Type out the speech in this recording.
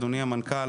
אדוני המנכ"ל,